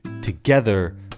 together